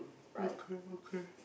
okay okay